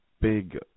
big